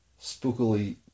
Spookily